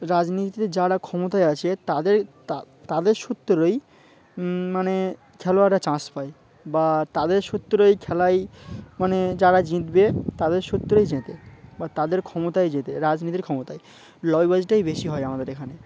রাজনীতিতে যারা ক্ষমতায় আছে তাদের তাদের সূত্রেই মানে খেলোয়াড়রা চান্স পায় বা তাদের সূত্রেই খেলায় মানে যারা জিতবে তাদের সূত্রেই যেতে বা তাদের ক্ষমতায় যেতে রাজনীতির ক্ষমতায় লবিবাজিটাই বেশি হয় আমাদের এখানে